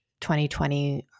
2020